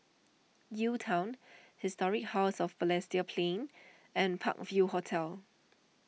UTown Historic House of Balestier Plains and Park View Hotel